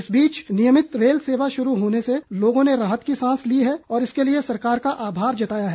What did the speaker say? इस बीच नियमित रेल सेवा शुरू होने से लोगों ने राहत की सांस ली है और इसके लिए सरकार का आभार जताया है